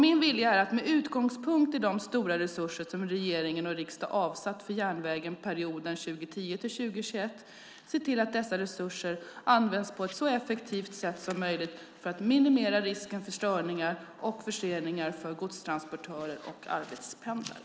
Min vilja är att med utgångspunkt i de stora resurser som regering och riksdag har avsatt för järnväg för perioden 2010-2021 se till att dessa resurser används på ett så effektivt sätt som möjligt för att minimera risken för störningar och förseningar för godstransportörer och arbetspendlare.